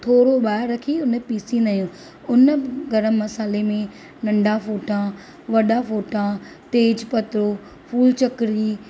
थोरो ॿाहिरि रखी हुन खे पीसींदा आहियूं हुन गरम मसाल्हे में नंढा फ़ोटा वॾा फ़ोटा तेज़ पतो फूल चक्री